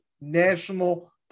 national